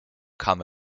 kam